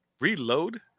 reload